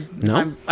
No